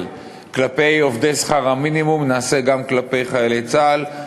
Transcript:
כלפי עובדי שכר המינימום וכך נעשה גם כלפי חיילי צה"ל.